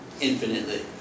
infinitely